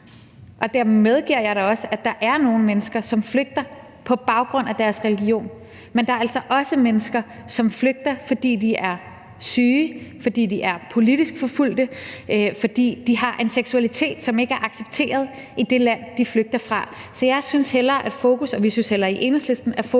Og der medgiver jeg da også, at der er nogle mennesker, som flygter på baggrund af deres religion, men der er altså også mennesker, som flygter, fordi de er syge, fordi de er politisk forfulgt, fordi de har en seksualitet, som ikke er accepteret i det land, de flygter fra. Så jeg synes og vi synes i Enhedslisten, at fokus